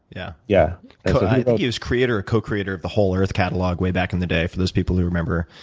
yeah yeah i think he was co-creator co-creator of the whole earth catalog way back in the day for those people who remember.